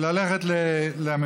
כדי ללכת לממשלה,